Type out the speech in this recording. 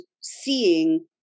seeing